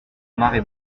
marée